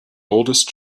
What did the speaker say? oldest